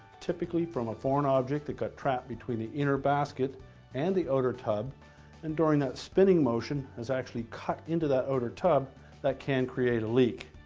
typically from a foreign object that got trapped between the inner basket and the outer tub and during that spinning motion has actually cut into that outer tub that can create a leak.